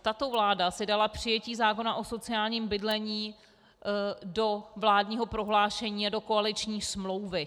Tato vláda si dala přijetí zákona o sociálním bydlení do vládního prohlášení a do koaliční smlouvy.